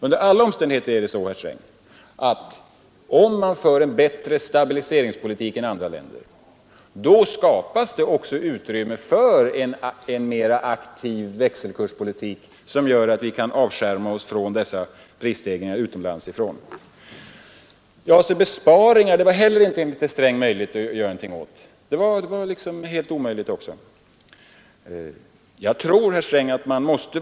Under alla omständigheter är det så, herr Sträng, att om man för en bättre stabiliseringspolitik än andra länder, skapas det också utrymme för en mer aktiv växelkurspolitik som gör att vi kan avskärma oss från prisstegringarna utomlands ifrån. Besparingarna var det enligt herr Sträng inte heller möjligt att göra någonting åt.